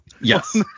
Yes